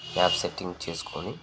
app setting చేసుకోని